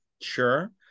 sure